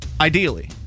ideally